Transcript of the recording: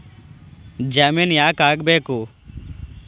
ಜಾಮಿನ್ ಯಾಕ್ ಆಗ್ಬೇಕು?